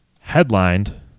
Headlined